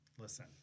listen